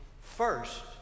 first